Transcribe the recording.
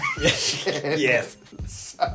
Yes